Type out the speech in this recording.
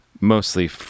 mostly